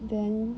then